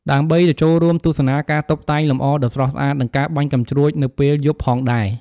ដើម្បីទៅចូលរួមទស្សនាការតុបតែងលម្អដ៏ស្រស់ស្អាត និងការបាញ់កាំជ្រួចនៅពេលយប់ផងដែរ។